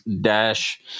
dash